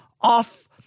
off